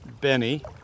Benny